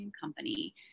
company